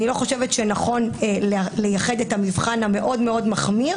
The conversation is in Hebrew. אני לא חושבת שנכון לייחד את המבחן המאוד מחמיר